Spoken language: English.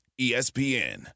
ESPN